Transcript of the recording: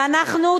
ואנחנו,